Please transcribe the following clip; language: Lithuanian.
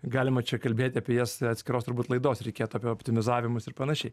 galima čia kalbėti apie jas atskiros turbūt laidos reikėtų apie optimizavimus ir panašiai